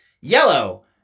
yellow